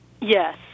Yes